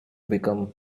become